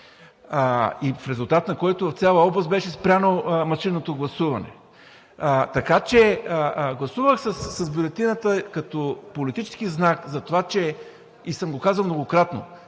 в резултат на който в цялата област беше спряно машинното гласуване, така че гласувах с бюлетината като политически знак. Аз съм го казвал многократно: